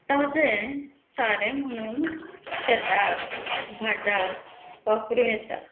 ताजें सारें म्हणून शेताक भाटाक वापरूं येता